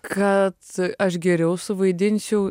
kad aš geriau suvaidinčiau